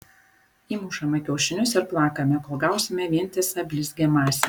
įmušame kiaušinius ir plakame kol gausime vientisą blizgią masę